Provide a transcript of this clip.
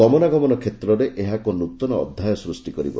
ଗମନାଗମନ କ୍ଷେତ୍ରରେ ଏହା ଏକ ନୂତନ ଅଧ୍ୟାୟ ସୃଷ୍ଟି କରିବ